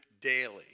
daily